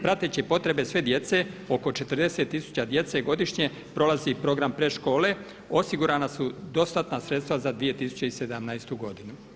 Prateći potrebe sve djece oko 40 tisuća djece godišnje prolazi program predškole, osigurana su dostatna sredstva za 2017. godinu.